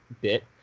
bit